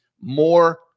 more